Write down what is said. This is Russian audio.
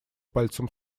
пальцем